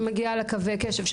מגיעה לקווי קשב.